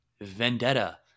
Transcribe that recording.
Vendetta